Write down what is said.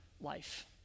life